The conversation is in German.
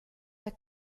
der